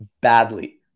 badly